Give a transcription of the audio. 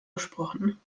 gesprochen